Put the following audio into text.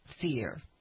fear